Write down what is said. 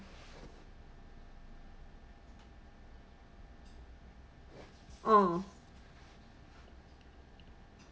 orh